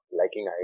liking